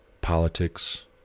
politics